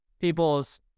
people's